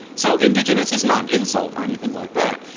so indigenous isn't an insult or anything like that.